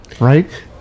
right